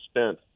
spent